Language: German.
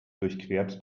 durchquert